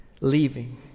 leaving